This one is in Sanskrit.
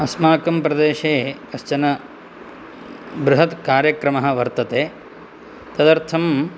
अस्माकं प्रदेशे कश्चन बृहत् कार्यक्रमः वर्तते तदर्थं